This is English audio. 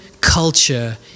culture